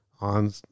on